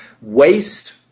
waste